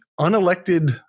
unelected